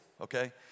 okay